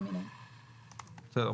בסדר.